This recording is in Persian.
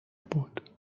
بود